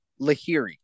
Lahiri